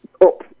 up